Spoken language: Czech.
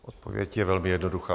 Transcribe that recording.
Odpověď je velmi jednoduchá.